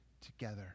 together